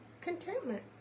contentment